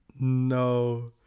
No